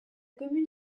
commune